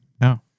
No